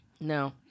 No